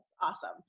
Awesome